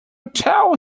tell